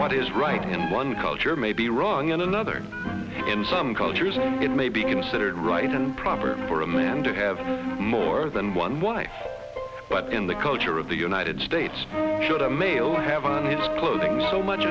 what is right in one culture may be wrong in another in some cultures it may be considered right and proper for a man to have more than one wife but in the culture of the united states should a male have on his clothing so much